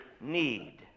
need